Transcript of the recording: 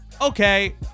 okay